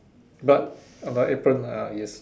but got apron ah yes